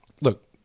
look